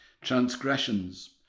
transgressions